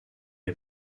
est